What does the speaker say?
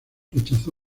rechazó